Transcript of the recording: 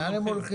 לאן הם הולכים?